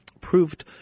proved